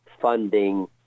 funding